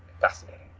fascinating